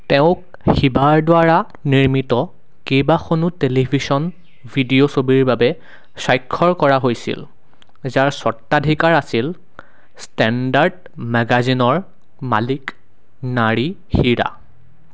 তেওঁক হিবাৰ দ্বাৰা নিৰ্মিত কেইবাখনো টেলিভিছন ভিডিঅ' ছবিৰ বাবে স্বাক্ষৰ কৰা হৈছিল যাৰ স্বত্বাধিকাৰ আছিল ষ্টেৰ্ডাস্ট ম্যেগাজিনৰ মালিক নাৰী হিৰা